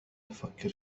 تفكر